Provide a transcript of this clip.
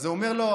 אז אומר למלך